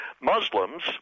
Muslims